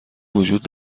وجود